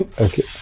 Okay